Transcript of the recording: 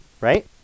right